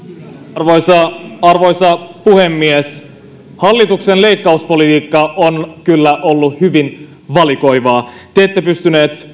arvoisa arvoisa puhemies hallituksen leikkauspolitiikka on kyllä ollut hyvin valikoivaa te ette pystyneet